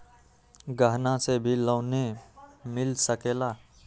गहना से भी लोने मिल सकेला?